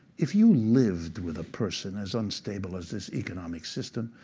if you lived with a person as unstable as this economic system,